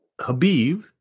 Habib